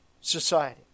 society